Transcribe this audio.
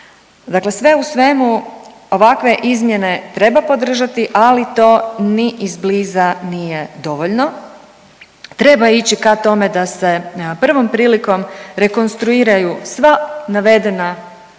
Dakle, sve u svemu ovakve izmjene treba podržati, ali to ni iz bliza nije dovoljno. Treba ići k tome da se prvom prilikom rekonstruiraju sva navedena